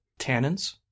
tannins